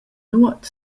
nuot